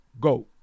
go